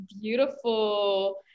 beautiful